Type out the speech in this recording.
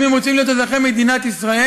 אם הם רוצים להיות אזרחי מדינת ישראל,